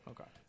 Okay